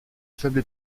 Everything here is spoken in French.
faible